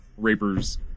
rapers